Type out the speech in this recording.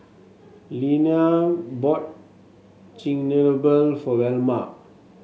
Iliana bought Chigenabe for Velma